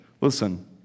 Listen